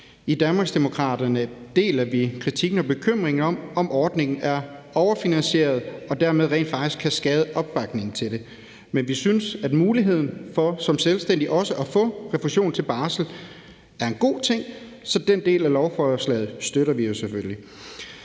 deler vi kritikken og bekymringen om, om ordningen er overfinansieret og dermed rent faktisk kan skade opbakningen til den. Men vi synes, at muligheden for som selvstændig også at få refusion til barsel er en god ting, så den del af lovforslaget støtter vi selvfølgelig.